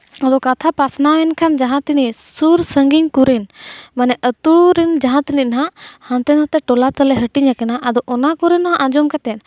ᱟᱫᱚ ᱠᱟᱛᱷᱟ ᱯᱟᱥᱱᱟᱣᱮᱱ ᱠᱷᱟᱱ ᱟᱫᱚ ᱡᱟᱦᱟᱸ ᱛᱤᱱᱟᱹᱜ ᱥᱩᱨ ᱥᱟᱺᱜᱤᱧ ᱠᱚᱨᱮᱱ ᱢᱟᱱᱮ ᱟᱹᱛᱩ ᱨᱮᱱ ᱡᱟᱦᱟᱸ ᱛᱤᱱᱟᱹᱜ ᱱᱟᱦᱟᱜ ᱦᱟᱱᱛᱮ ᱱᱟᱛᱮ ᱴᱚᱞᱟ ᱛᱟᱞᱮ ᱦᱟᱹᱴᱤᱧᱟᱠᱟᱱᱟ ᱟᱫᱚ ᱚᱱᱟ ᱠᱚᱨᱮᱱ ᱦᱚᱸ ᱟᱸᱡᱚᱢ ᱠᱟᱛᱮᱫ